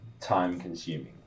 time-consuming